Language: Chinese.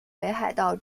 北海道